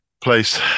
place